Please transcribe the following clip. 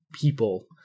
people